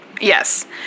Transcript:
yes